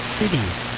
cities